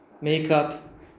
makeup